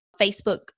Facebook